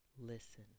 listen